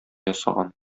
ясаган